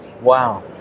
Wow